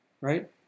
right